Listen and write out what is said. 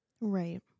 right